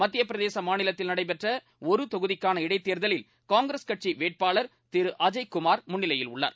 மத்தியபிரதேச மாநிலத்தில் நடைபெற்ற ஒரு தொகுதிக்கான இடைத்தேர்தலில் காங்கிரஸ் கட்சி வேட்பாளர் திரு அஜய் குமார் முன்னிலையில் உள்ளார்